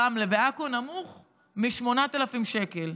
רמלה ועכו נמוך מ-8,000 שקל.